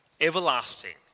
everlasting